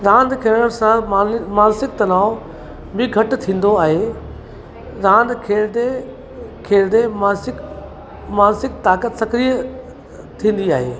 रांदि खेॾण सां मान मानसिक तनाव बि घटि थींदो आहे रांदि खेॾंदे खेॾंदे मानसिक मानसिक ताक़त सक्रिय थींदी आहे